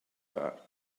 that